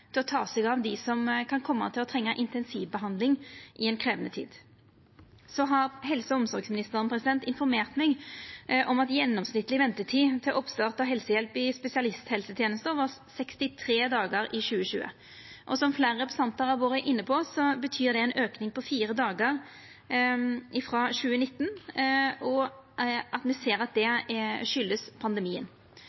til å ta seg av dei som kan koma til å trenga intensivbehandling i ei krevjande tid. Helse- og omsorgsministeren har informert meg om at gjennomsnittleg ventetid til oppstart av helsehjelp i spesialisthelsetenesta var 63 dagar i 2020. Som fleire representantar har vore inne på, betyr det ein auke på fire dagar frå 2019, og me ser at det